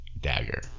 dagger